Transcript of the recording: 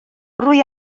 rwy